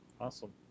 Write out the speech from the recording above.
Awesome